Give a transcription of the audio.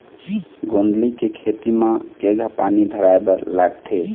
गोंदली के खेती म केघा पानी धराए बर लागथे?